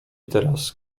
teraz